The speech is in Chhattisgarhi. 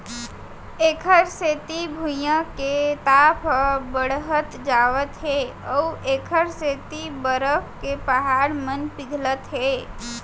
एखर सेती भुइयाँ के ताप ह बड़हत जावत हे अउ एखर सेती बरफ के पहाड़ मन पिघलत हे